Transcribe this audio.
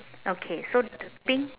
okay so p~ pink